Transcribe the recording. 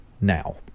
now